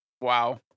Wow